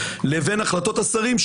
לבין החלטות השרים,